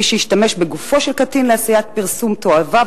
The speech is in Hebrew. מי שהשתמש בגופו של קטין לעשיית פרסום תועבה,